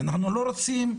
ואנחנו לא רוצים,